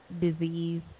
disease